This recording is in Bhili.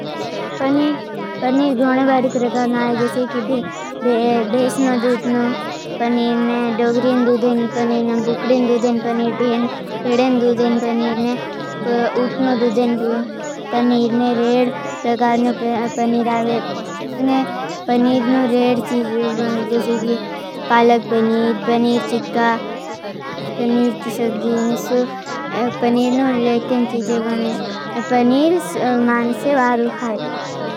पनीर पनीर गोने बारी प्रकार ना आई। जैसे की भेसनो दूतनो पनीरने। डोगरिन दूदेन पनीरने, बुकडेन दूदेन पनीर। भेडेन दूदेन पनीरने, उटनो दूदेन पनीरने, रेड प्रकारनो पनीर आवे। पनीरनो रेड चीजे बने जैसे की पालक पनीर पनी दूदेन धूदेन पनीर बने। जैसे की पालक पनीर वह डूदेन दूदेन धूदेन। न रेड पनीर काम भी तो तो पनिर बनीर पर पनीर।